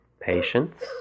patience